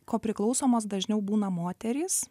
ko priklausomos dažniau būna moterys